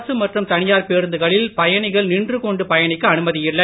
அரசு மற்றும் தனியார் பேருந்துகளில் பயணிகள் நின்றுகொண்டு பயணிக்க அனுமதியில்லை